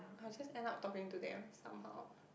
I'll just end up talking to them somehow